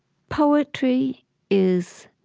poetry is